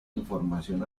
información